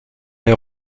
est